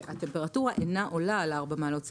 שהטמפרטורה אינה עולה על 4 מעלות צלזיוס,